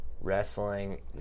wrestling